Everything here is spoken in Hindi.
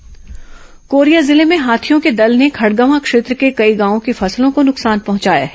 हाथी उत्पात कोरिया जिले में हाथियों के दल ने खड़गवां क्षेत्र के कई गांवों की फसलों को नुकसान पहंचाया है